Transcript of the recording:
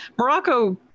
Morocco